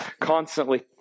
constantly